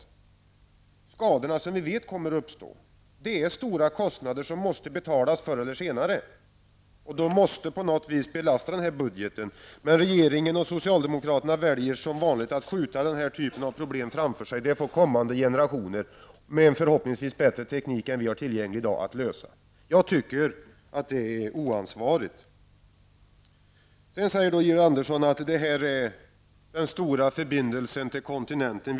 De skador som vi vet kommer att uppstå gäller stora kostnader som måste betalas förr eller senare. De måste på något sätt belasta denna budget. Men regeringen och socialdemokraterna väljer som vanligt att skjuta dessa problem framför sig. Det får kommande generationer lösa, med en förhoppningsvis bättre teknik än den vi har i dag. Jag tycker det är oansvarigt. Sedan säger Georg Andersson att detta är den stora förbindelsen till kontinenten.